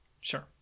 Sure